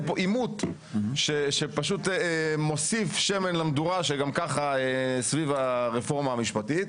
פה עימות שמוסיף שמן למדורה שגם ככה יש סביב הרפורמה המשפטית,